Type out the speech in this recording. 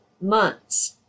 months